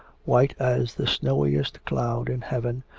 white as the snowiest cloud in heaven,